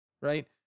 right